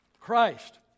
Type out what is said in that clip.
Christ